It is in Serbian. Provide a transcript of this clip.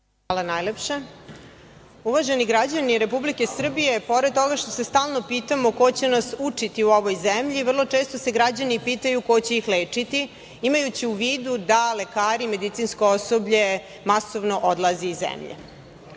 Hvala. Uvaženi građani Republike Srbije, pored toga što se stalno pitamo ko će nas učiti u ovoj zemlji, vrlo često se građani pitaju ko će ih lečiti, imajući u vidu da lekari i medicinsko osoblje masovno odlaze iz zemlje,